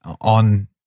on